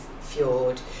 fjord